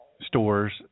stores